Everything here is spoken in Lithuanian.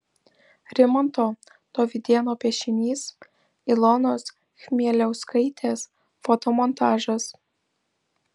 rimanto dovydėno piešinys ilonos chmieliauskaitės fotomontažas